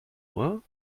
nur